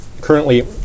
currently